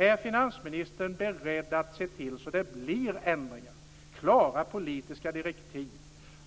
Är finansministern beredd att se till att det blir ändringar och klara politiska direktiv